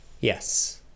Yes